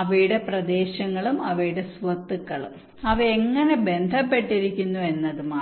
അവയുടെ പ്രദേശങ്ങളും അവയുടെ സ്വത്തുക്കളും അവ എങ്ങനെ ബന്ധപ്പെട്ടിരിക്കുന്നു എന്നതുമാണ്